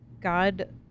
God